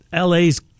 LA's